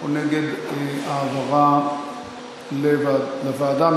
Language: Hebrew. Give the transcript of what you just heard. או נגד העברה לוועדה.